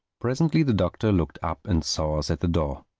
presently the doctor looked up and saw us at the door.